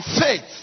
faith